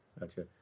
Gotcha